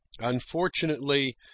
unfortunately